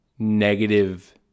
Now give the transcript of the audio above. negative